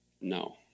No